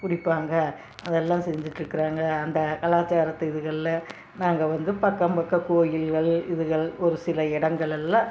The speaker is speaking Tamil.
குடிப்பாங்க அதெல்லாம் செஞ்சிட்டுருக்குறாங்க அந்த கலாச்சாரத்து இதுகளில் நாங்கள் வந்து பக்கம் பக்கம் கோவில்கள் இதுகள் ஒரு சில இடங்களெல்லாம்